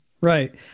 Right